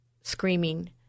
screaming